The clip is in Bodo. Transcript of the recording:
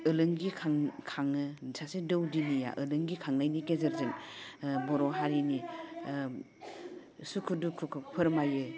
ओलोंगि खाङो सासे दौदिनिया ओलोंगि खांनायनि गेजेरजों बर' हारिनि सुखु दुखुखौ फोरमायो